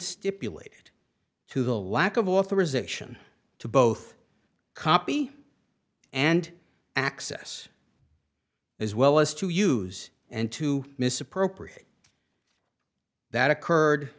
stipulated to the lack of authorization to both copy and access as well as to use and to misappropriate that occurred